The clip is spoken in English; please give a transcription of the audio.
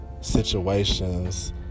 situations